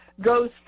goes